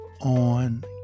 on